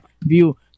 view